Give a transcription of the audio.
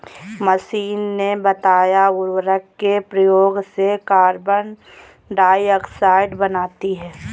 मनीषा ने बताया उर्वरक के प्रयोग से कार्बन डाइऑक्साइड बनती है